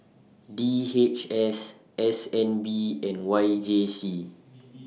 D H S S N B and Y J C